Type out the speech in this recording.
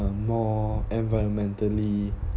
uh more environmentally